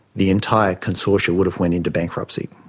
the entire consortia would have went into bankruptcy.